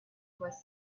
was